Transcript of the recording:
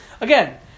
Again